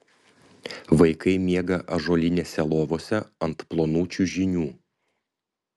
vaikai miega ąžuolinėse lovose ant plonų čiužinių